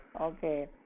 okay